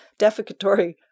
defecatory